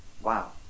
Wow